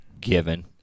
given